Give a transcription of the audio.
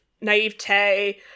naivete